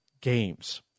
games